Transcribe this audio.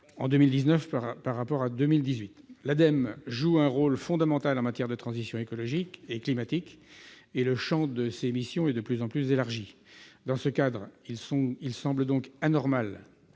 en 2019 par rapport à 2018. L'ADEME joue aujourd'hui un rôle fondamental en matière de transition écologique et climatique, et le champ de ses missions est de plus en plus élargi. Dans ce cadre, il semble donc anormal,